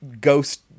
ghost-